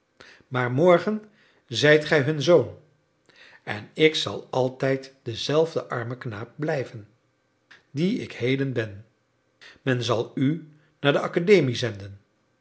maar morgen zijt gij hun zoon en ik zal altijd dezelfde arme knaap blijven die ik heden ben men zal u naar de akademie zenden